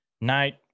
night